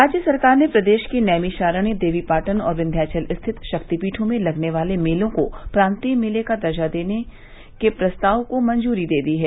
राज्य सरकार ने प्रदेश के नैमिषारण्य देवीपाटन और विन्याचल स्थित शक्तिपीठों में लगने वाले मेलों को प्रान्तीय मेले का दर्जा दिये जाने के प्रस्ताव को मंजूरी दे दी है